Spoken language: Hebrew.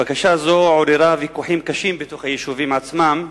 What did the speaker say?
בקשה זאת עוררה ויכוחים קשים בתוך היישובים עצמם,